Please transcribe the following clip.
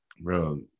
bro